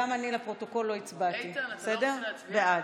בעד.